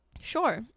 sure